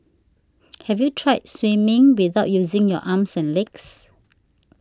have you tried swimming without using your arms and legs